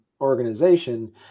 organization